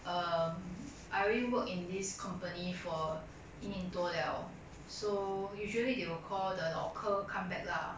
um I already work in this company for 一年多了 so usually they will call the 老客 come back lah